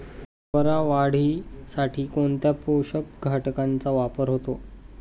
हरभरा वाढीसाठी कोणत्या पोषक घटकांचे वापर होतो?